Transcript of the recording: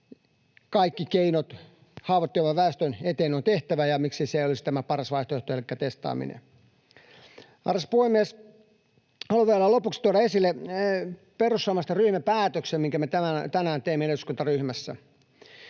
kaikki keinot haavoittuvimman väestön eteen on tehtävä, ja miksei se olisi tämä paras vaihtoehto, elikkä testaaminen. Arvoisa puhemies! Haluan vielä lopuksi tuoda esille perussuomalaisten ryhmäpäätöksen, minkä me tänään teimme eduskuntaryhmässä: